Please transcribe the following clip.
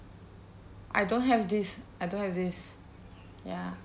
I don't have this I don't have this ya